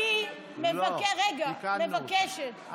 אני מבקשת,